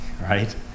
right